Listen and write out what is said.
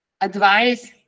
advice